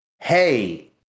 hey